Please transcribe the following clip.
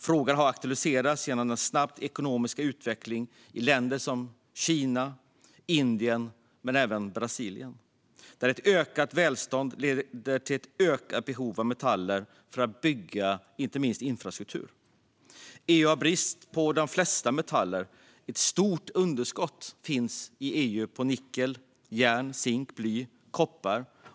Frågan har aktualiserats genom den snabba ekonomiska utvecklingen i länder som Kina och Indien, men även Brasilien, där ett ökat välstånd leder till ett ökat behov av metaller för att bygga inte minst infrastruktur. EU har brist på de flesta metaller. Det är ett stort underskott i EU på nickel, järn, zink, bly och koppar.